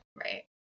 Right